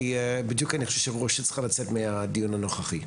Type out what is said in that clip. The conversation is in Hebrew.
בדיוק הרוח שצריכה לצאת מהדיון הנוכחי.